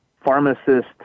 pharmacist